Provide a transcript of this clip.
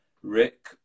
Rick